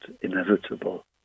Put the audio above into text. inevitable